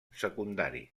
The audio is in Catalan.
secundari